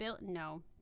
No